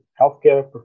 healthcare